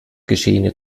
geschehene